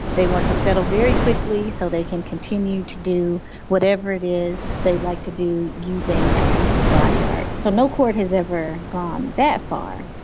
they want to settle very quickly so they can continue to do whatever it is they like to do using that piece of body art. so no court has ever gone that far.